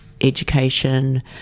education